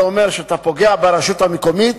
זה אומר שאתה פוגע ברשות המקומית.